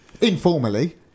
Informally